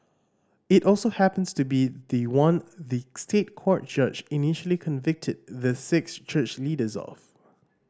it also happens to be the one the State Court judge initially convicted the six church leaders of